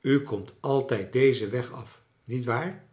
u komt altijd dezen weg af nietwaar